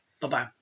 Bye-bye